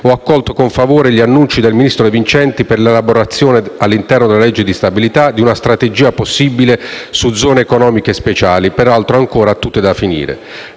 ho accolto con favore gli annunci del ministro De Vincenti per l'elaborazione all'interno della legge di stabilità, di una strategia possibile su zone economiche speciali, peraltro ancora tutte da definire.